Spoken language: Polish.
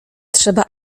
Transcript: trzeba